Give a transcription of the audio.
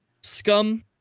Scum